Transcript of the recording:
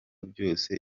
byose